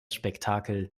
spektakel